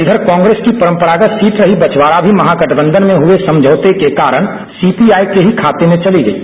इधर कांग्रेस की परंपरागत सीट रही है बछवाडा भी महागठबंधन में हुए समझौते के कारण सीपीआई के ही खाते में चली गयी